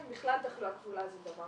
כן, בכלל תחלואה כפולה זה דבר